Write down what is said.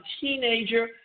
teenager